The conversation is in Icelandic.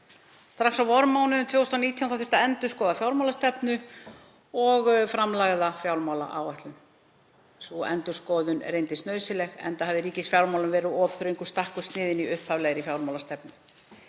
Strax á vormánuðum 2019 þurfti að endurskoða fjármálastefnu og framlagða fjármálaáætlun. Sú endurskoðun reyndist nauðsynleg enda hafði ríkisfjármálum verið of þröngur stakkur sniðinn í upphaflegri fjármálastefnu.